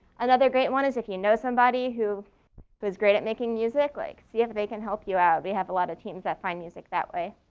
another great one is if you know somebody who was great at making music like see if if they can help you out. we have a lot of teams that find music that way.